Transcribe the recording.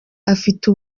afite